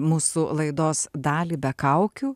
mūsų laidos dalį be kaukių